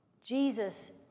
Jesus